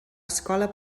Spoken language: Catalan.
escola